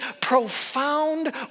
profound